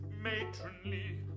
matronly